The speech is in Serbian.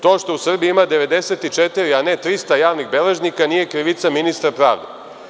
To što u Srbiji ima 94, a ne 300 javnih beležnika nije krivica ministra pravde.